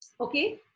Okay